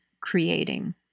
creating